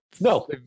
No